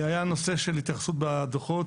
היה הנושא של התייחסות בדוחות,